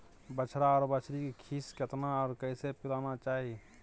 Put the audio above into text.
बछरा आर बछरी के खीस केतना आर कैसे पिलाना चाही?